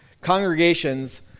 congregations